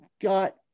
got